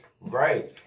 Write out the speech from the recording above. Right